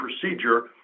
procedure